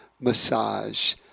massage